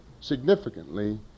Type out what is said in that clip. significantly